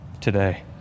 today